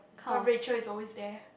but Racheal is always there